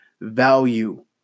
Value